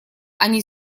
они